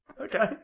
Okay